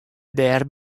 dêr